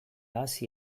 hasi